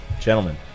Gentlemen